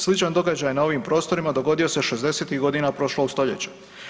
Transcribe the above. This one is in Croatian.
Sličan događaj na ovim prostorima dogodio se '60-tih godina prošlog stoljeća.